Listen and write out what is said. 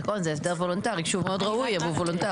נכון זה הסדר וולנטרי שהוא מאוד ראוי אבל הוא וולנטרי.